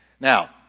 Now